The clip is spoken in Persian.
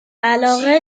علاقه